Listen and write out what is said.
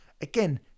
Again